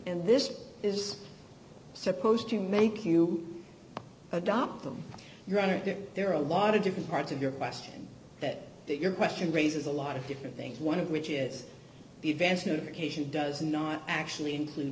and this is supposed to make you adopt them your honor there are a lot of different parts of your question that your question raises a lot of different things one of which is the advancement of occasion does not actually include